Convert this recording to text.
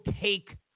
take